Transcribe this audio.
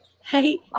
Hey